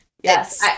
Yes